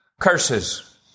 curses